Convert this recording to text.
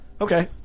okay